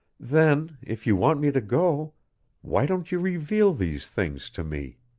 then if you want me to go why don't you reveal these things to me?